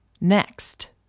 next